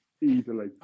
easily